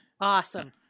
awesome